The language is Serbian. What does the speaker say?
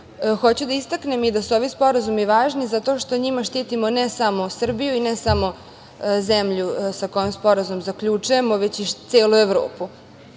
da istaknem i da su ovi sporazumi važni zato što njima štitimo ne samo Srbiju i ne samo zemlju sa kojom sporazum zaključujemo, već i celu Evropu. Naime,